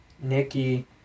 Nikki